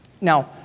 Now